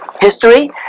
history